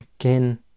again